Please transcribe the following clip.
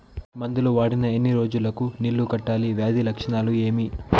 మందులు వాడిన ఎన్ని రోజులు కు నీళ్ళు కట్టాలి, వ్యాధి లక్షణాలు ఏమి?